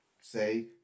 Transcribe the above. say